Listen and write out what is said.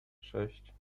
sześć